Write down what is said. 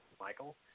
Michael